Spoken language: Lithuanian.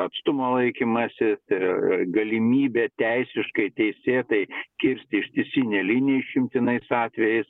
atstumo laikymąsis ir galimybė teisiškai teisėtai kirsti ištisinę liniją išimtinais atvejais